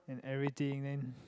and everything then